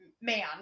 Man